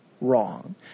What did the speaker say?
wrong